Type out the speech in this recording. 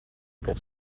pour